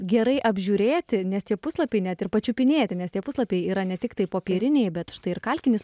gerai apžiūrėti nes tie puslapiai net ir pačiupinėti nes tie puslapiai yra ne tiktai popieriniai bet štai ir kalkinis